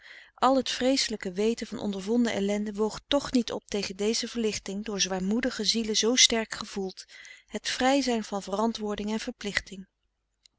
al het vreeselijke weten van ondervonden ellende woog toch niet op tegen deze verlichting door zwaarmoedige zielen zoo sterk gevoeld het vrij zijn van verantwoording en verplichting